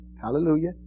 Hallelujah